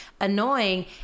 annoying